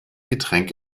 getränk